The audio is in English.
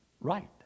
right